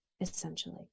essentially